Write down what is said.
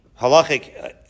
halachic